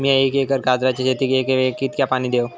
मीया एक एकर गाजराच्या शेतीक एका वेळेक कितक्या पाणी देव?